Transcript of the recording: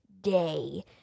day